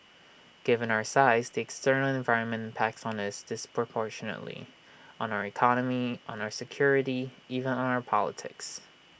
given our size the external environment impacts for us disproportionately on our economy on our security even on our politics